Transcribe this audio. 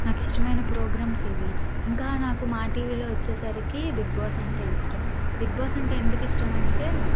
నాకు ఇష్టమైన ప్రోగ్రామ్స్ ఇవి ఇంకా నాకు మాటీవీలో వచ్చేసరికి బిగ్బాస్ అంటే ఇష్టం బిగ్బాస్ అంటే ఎందుకు ఇష్టం అంటే